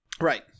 Right